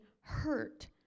hurt